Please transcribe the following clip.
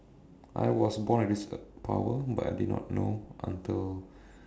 I was born with this power but I did not know until